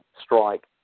strike